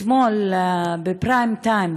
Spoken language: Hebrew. אתמול ב"פריים טיים"